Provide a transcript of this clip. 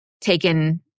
taken